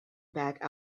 back